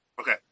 Okay